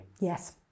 Yes